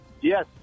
yes